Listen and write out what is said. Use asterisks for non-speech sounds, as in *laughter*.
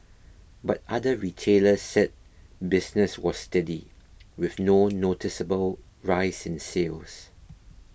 but other retailers said business was *noise* steady with no noticeable rise in sales